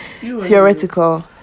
theoretical